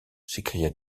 s’écria